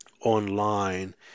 online